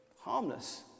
harmless